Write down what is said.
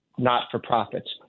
not-for-profits